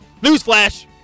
newsflash